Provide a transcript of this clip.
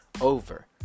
over